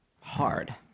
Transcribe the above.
hard